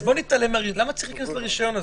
אז למה צריך להיכנס לרישיון הזה?